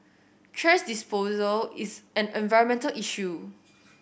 thrash disposal is an environmental issue